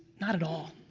not at all.